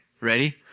Ready